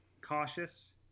cautious